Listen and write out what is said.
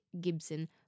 Gibson